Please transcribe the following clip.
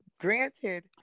granted